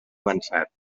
avançat